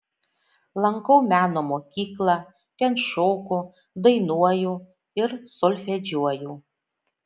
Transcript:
lankau meno mokyklą ten šoku dainuoju ir solfedžiuoju